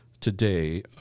today